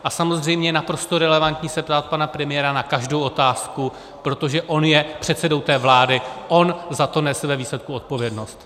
A samozřejmě je naprosto relevantní se ptát pana premiéra na každou otázku, protože on je předsedou té vlády, on za to nese ve výsledku odpovědnost.